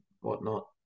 whatnot